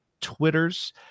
Twitters